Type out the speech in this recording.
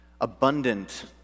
abundant